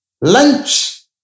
Lunch